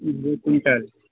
do quintal